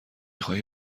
خواهی